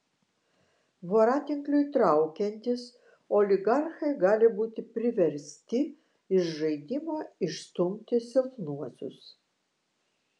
voratinkliui traukiantis oligarchai gali būti priversti iš žaidimo išstumti silpnuosius